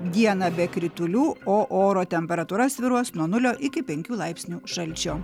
dieną be kritulių o oro temperatūra svyruos nuo nulio iki penkių laipsnių šalčio